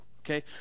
okay